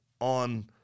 on